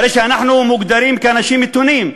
הרי אנחנו מוגדרים אנשים מתונים.